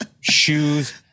shoes